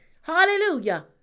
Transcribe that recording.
hallelujah